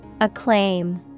Acclaim